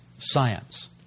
science